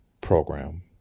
program